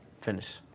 finish